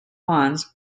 ponds